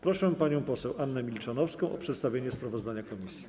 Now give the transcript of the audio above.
Proszę panią poseł Annę Milczanowską o przedstawienie sprawozdania komisji.